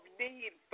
need